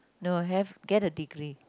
no have get a degree